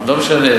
לא משנה,